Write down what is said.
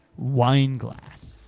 wineglass.